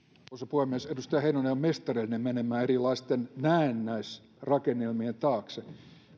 puhemies edustaja heinonen on mestari menemään erilaisten näennäisrakennelmien taakse